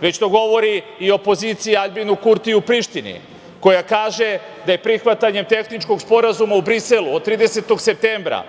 već to govori i opozicija Aljbinu Kurtiju u Prištini, koja kaže da je prihvatanjem tehničkog sporazuma u Briselu od 30. septembra